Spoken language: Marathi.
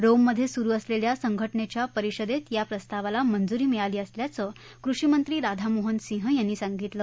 रोममधे सुरू असलेल्या संघटनेच्या परिषदेत या प्रस्तावाला मंजुरी मिळाली असल्याचं कृषी मंत्री राधामोहन सिंह यांनी सांगितलं